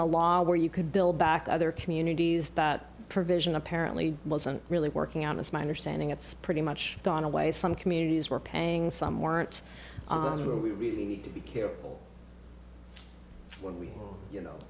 the law where you could build back other communities that provision apparently wasn't really working out as mine are sending it's pretty much gone away some communities were paying some weren't as well we really need to be careful when we you know